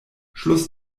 schluss